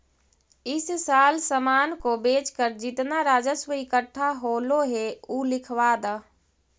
इस साल सामान को बेचकर जितना राजस्व इकट्ठा होलो हे उ लिखवा द